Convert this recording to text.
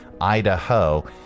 Idaho